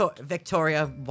Victoria